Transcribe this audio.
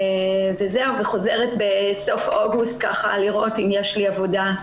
וזהו, וחוזרת בסוף אוגוסט לראות אם יש לי עבודה.